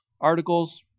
articles